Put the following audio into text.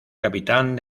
capitán